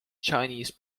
chinese